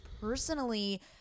personally